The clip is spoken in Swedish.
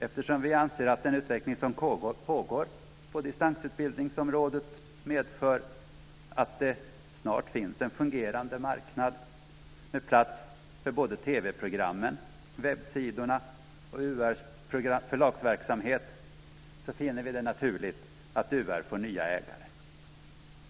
Eftersom vi anser att den utveckling som pågår på distansutbildningsområdet medför att det snart finns en fungerande marknad med plats för både TV programmen, webbsidorna och UR:s förlagsverksamhet finner vi det naturligt att UR får nya ägare.